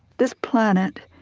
this planet,